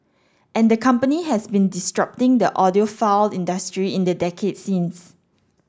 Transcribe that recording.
and the company has been disrupting the audiophile industry in the decade since